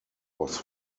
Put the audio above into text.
was